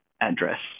address